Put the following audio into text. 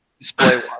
Display